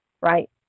right